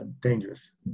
dangerous